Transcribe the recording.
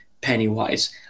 Pennywise